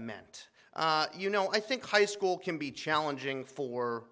meant you know i think high school can be challenging for